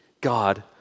God